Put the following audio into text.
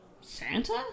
Santa